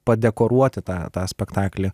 padekoruoti tą tą spektaklį